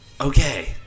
Okay